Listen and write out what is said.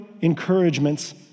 encouragements